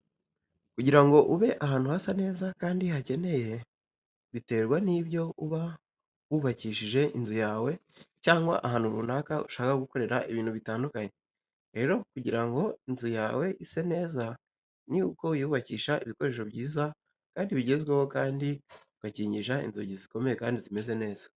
Kugira ngo ube ahantu hasa neza kandi hakeye biterwa n'ibyo uba wubakishije inzu yawe cyangwa ahantu runaka ushaka gukorera ibintu bitandukanye. Rero kugira ngo inzu yawe ise neza ni uko uyubakisha ibikoresho byiza kandi bigezweho kandi ugakingisha inzugi zikomeye kandi zimeze neza.